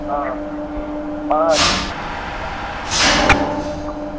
آ آ تَمہِ ساتہٕ نیٚکٕس ٹایِم اِنشاء اللہ بنہِ تۅہہِ بیٚیہِ ڈِسکاوُنٛٹ